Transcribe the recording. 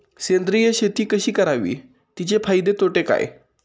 सेंद्रिय शेती कशी करावी? तिचे फायदे तोटे काय?